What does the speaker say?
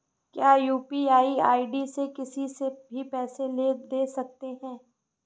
क्या UPI ID से किसी से भी पैसे ले दे सकते हैं?